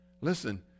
Listen